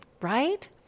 Right